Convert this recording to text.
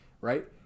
right